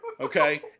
Okay